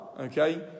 okay